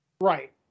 Right